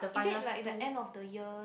is it like the end of the year